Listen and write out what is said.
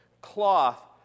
cloth